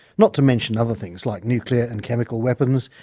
not to mention other things like nuclear and chemical weapons,